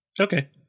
Okay